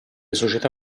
società